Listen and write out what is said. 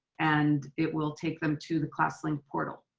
and it will take them to the classlink portal,